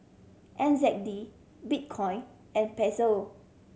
N Z D Bitcoin and Peso